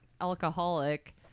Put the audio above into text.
alcoholic